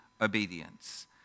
obedience